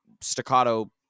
staccato